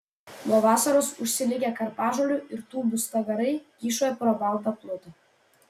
nuo vasaros užsilikę karpažolių ir tūbių stagarai kyšojo pro baltą plutą